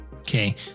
Okay